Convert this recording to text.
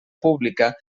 pública